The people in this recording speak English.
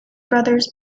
brothers